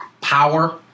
power